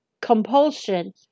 compulsion